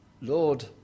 Lord